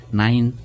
nine